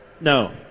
No